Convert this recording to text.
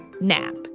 nap